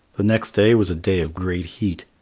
the next day was a day of great heat.